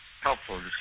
helpful